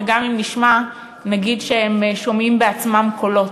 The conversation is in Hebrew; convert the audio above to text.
וגם אם נשמע נגיד שהם עצמם שומעים קולות.